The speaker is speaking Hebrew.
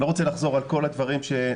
אני לא רוצה לחזור על כל הדברים ש-99%